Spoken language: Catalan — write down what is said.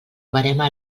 verema